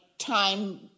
time